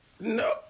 No